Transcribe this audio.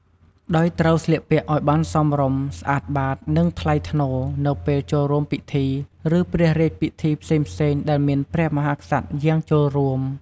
ដោយត្រូវស្លៀកពាក់ឲ្យបានសមរម្យ ស្អាតបាត និងថ្លៃថ្នូរ នៅពេលចូលរួមពិធី ឬព្រះរាជពិធីផ្សេងៗដែលមានព្រះមហាក្សត្រយាងចូលរួម។